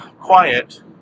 Quiet